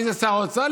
מי זה שר האוצר?